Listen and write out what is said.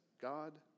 God